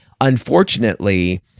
Unfortunately